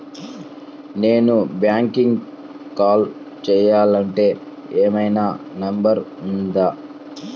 నేను బ్యాంక్కి కాల్ చేయాలంటే ఏమయినా నంబర్ ఉందా?